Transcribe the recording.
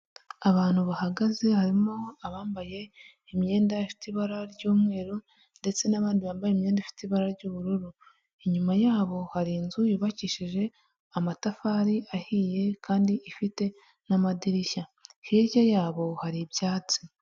Abantu bahagaze harimo abambaye imyenda ifite ibara ry'umweru ndetse n'abandi bambaye imyenda ifite ibara ry'ubururu, inyuma yabo hari inzu yubakishije amatafari ahiye kandi ifite n'amadirishya, hirya yabo hari ibyatsi.